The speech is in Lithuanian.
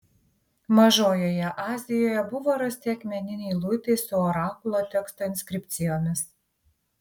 mažojoje azijoje buvo rasti akmeniniai luitai su orakulo teksto inskripcijomis